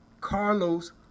Carlos